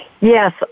Yes